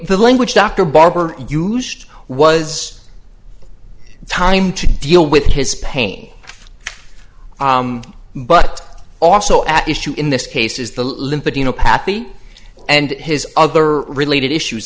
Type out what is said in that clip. the language dr barber used was time to deal with his pain but also at issue in this case is the limpid you know pappy and his other related issues